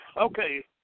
Okay